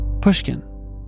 pushkin